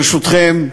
ברשותכם,